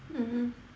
mmhmm